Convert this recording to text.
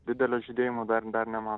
didelio žydėjimo dar dar nema